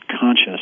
conscious